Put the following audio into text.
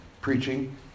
preaching